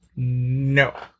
no